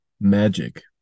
magic